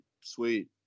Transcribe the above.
sweet